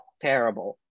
terrible